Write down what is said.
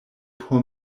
por